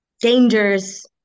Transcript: dangers